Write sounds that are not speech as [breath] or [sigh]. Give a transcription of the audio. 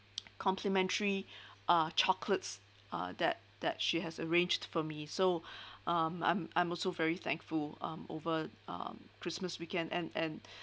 [noise] complimentary [breath] uh chocolates uh that that she has arranged for me so [breath] um I'm I'm also very thankful um over um christmas weekend and and